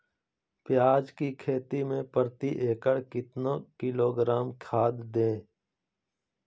प्याज की खेती में प्रति एकड़ कितना किलोग्राम खाद दे?